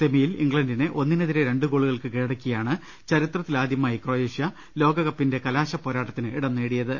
സെമിയിൽ ഇംഗ്ലണ്ടിനെ ഒന്നിനെതിരെ രണ്ട് ഗോളു കൾക്ക് കീഴടക്കിയാണ് ചരിത്രത്തിലാദ്യമായി ക്രൊയേഷ്യ ലോകക പ്പിന്റെ കലാശപ്പൊരാട്ടത്തിന് ഇടം നേടിയത്